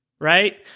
right